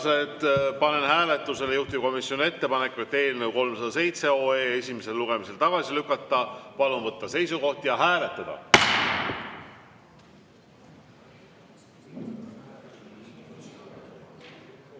panen hääletusele juhtivkomisjoni ettepaneku eelnõu 307 esimesel lugemisel tagasi lükata. Palun võtta seisukoht ja hääletada!